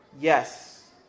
yes